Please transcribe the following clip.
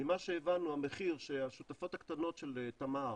ממה שהבנו המחיר שהשותפות הקטנות של תמר